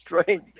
strange –